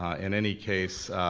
ah in any case,